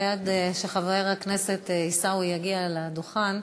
עד שחבר הכנסת עיסאווי יגיע לדוכן,